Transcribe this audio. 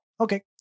okay